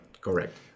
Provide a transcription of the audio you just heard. correct